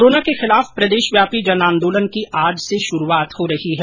corona के खिलाफ प्रदेशव्यापी जन आंदोलन की आज से शुरूआत हो रही है